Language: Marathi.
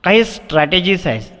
काहीस स्ट्रॅटेजीज हायस